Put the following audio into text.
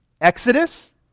Exodus